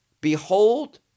behold